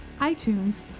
iTunes